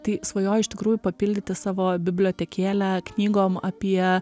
tai svajoju iš tikrųjų papildyti savo bibliotekėlę knygom apie